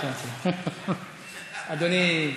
אדוני.